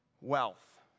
Wealth